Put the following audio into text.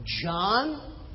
John